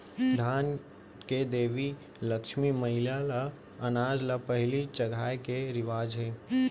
धन के देवी लक्छमी मईला ल अनाज ल पहिली चघाए के रिवाज हे